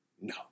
No